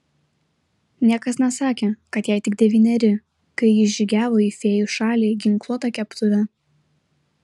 niekas nesakė kad jai tik devyneri kai ji žygiavo į fėjų šalį ginkluota keptuve